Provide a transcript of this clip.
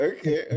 Okay